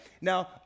Now